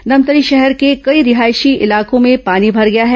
धमतरी शहर के कई रिहायशी इलाकों में पानी भर गया है